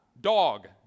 Dog